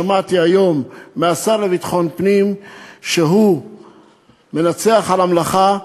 שמעתי היום מהשר לביטחון פנים שהוא מנצח על המלאכה,